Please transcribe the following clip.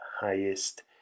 highest